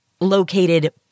located